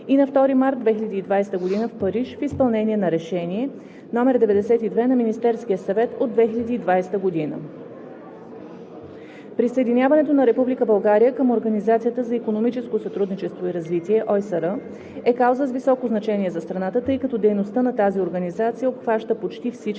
и на 2 март 2020 г. в Париж в изпълнение на Решение № 92 на Министерския съвет от 2020 г. Присъединяването на Република България към Организацията за икономическо сътрудничество и развитие (ОИСР) е кауза с високо значение за страната, тъй като дейността на тази организация обхваща почти всички